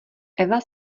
eva